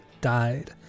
died